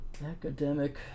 Academic